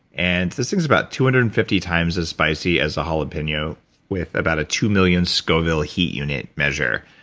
and this thing is about two hundred and fifty times as spicy as a jalapeno with about a two million scoville heat unit measure.